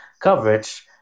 coverage